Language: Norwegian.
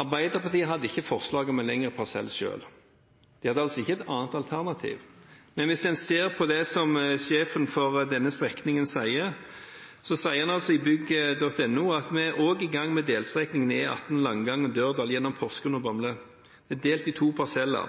Arbeiderpartiet hadde ikke forslag selv om en lengre parsell. De hadde ikke et annet alternativ. Sjefen for denne strekningen sier i bygg.no at de også er i gang med delstrekningen E18 Langangen–Dørdal gjennom Porsgrunn og Bamble, den er delt i to parseller,